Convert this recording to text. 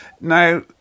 now